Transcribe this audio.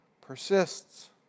persists